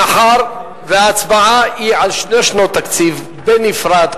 מאחר שההצבעה היא על שתי שנות תקציב בנפרד,